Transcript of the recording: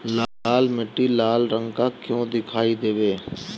लाल मीट्टी लाल रंग का क्यो दीखाई देबे?